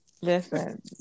Listen